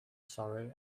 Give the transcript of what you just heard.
surrey